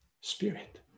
spirit